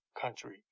country